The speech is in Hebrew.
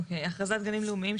אכרזת גנים לאומיים,